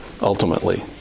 Ultimately